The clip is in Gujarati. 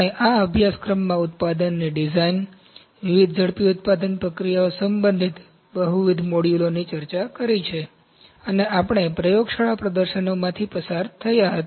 અમે આ અભ્યાસક્રમમાં ઉત્પાદનની ડિઝાઈન વિવિધ ઝડપી ઉત્પાદન પ્રક્રિયાઓ સંબંધિત બહુવિધ મોડ્યુલોની ચર્ચા કરી છે અને આપણે પ્રયોગશાળાના પ્રદર્શનોમાંથી પસાર થયા હતા